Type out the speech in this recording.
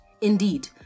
Indeed